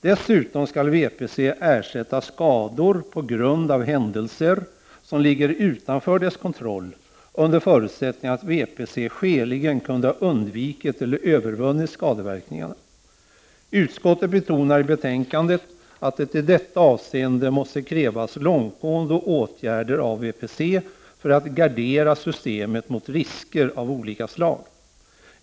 Dessutom skall VPC ersätta skador på grund av händelser som ligger utanför dess kontroll, under förutsättning att VPC skäligen kunde ha undvikit eller övervunnit skadeverkningarna. Utskottet betonar i betänkandet att det i detta avseende måste krävas långtgående åtgärder av VPC för att gardera systemet mot risker av olika slag.